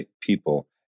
people